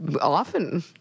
Often